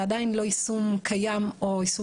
זה עדיין לא יישום קיים או יישום